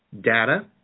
data